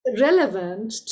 relevant